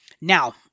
Now